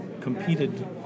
competed